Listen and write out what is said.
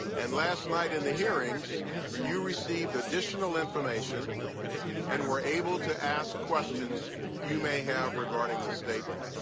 and last night in the hearings you received additional information and were able to ask questions you may have regarding the statement.